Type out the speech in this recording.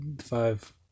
five